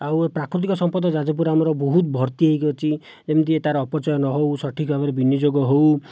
ଆଉ ପ୍ରାକୃତିକ ସମ୍ପଦ ଯାଜପୁରରେ ଆମର ବହୁତ ଭର୍ତ୍ତି ହୋଇକି ଅଛି ଯେମିତିକି ତା'ର ଅପଚୟ ନହେଉ ସଠିକ୍ ଭାବରେ ବିନିଯୋଗ ହେଉ